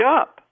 up